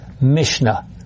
Mishnah